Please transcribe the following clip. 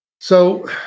So-